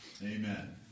Amen